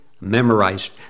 memorized